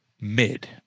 mid